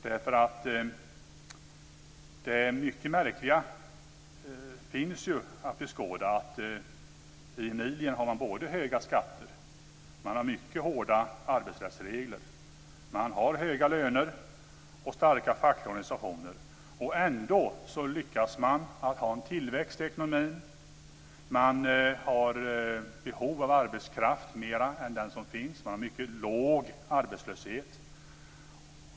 Det finns ju något mycket märkligt att beskåda. I Emilia har man höga skatter. Man har mycket hårda arbetsrättsregler. Man har höga löner och starka fackliga organisationer. Ändå lyckas man ha en tillväxt i ekonomin. Man har behov av mer arbetskraft än den som finns. Man har mycket låg arbetslöshet.